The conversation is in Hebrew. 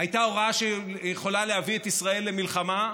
הייתה הוראה שיכולה להביא את ישראל למלחמה,